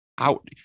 out